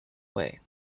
way